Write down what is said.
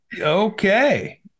Okay